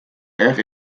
erg